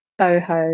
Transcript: Boho